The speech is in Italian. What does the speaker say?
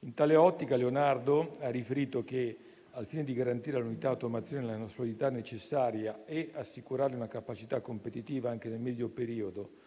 In tale ottica Leonardo SpA ha riferito che, al fine di garantire automazione la solidità necessaria ad assicurarle una capacità competitiva anche nel medio periodo